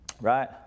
right